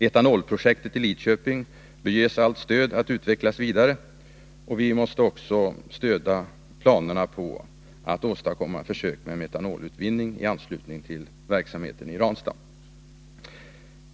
Etanolprojektet i Lidköping bör ges allt stöd att utvecklas vidare. Vi måste också stödja planerna på att åstadkomma försök med metanolutvinning i anslutning till verksamheten i Ranstad.